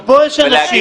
גם פה יש אנשים.